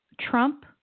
Trump